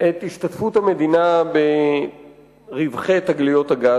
את השתתפות המדינה ברווחי תגליות הגז,